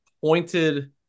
pointed